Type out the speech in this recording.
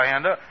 Anda